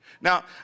Now